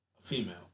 female